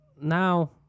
now